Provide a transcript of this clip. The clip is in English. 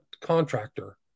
contractor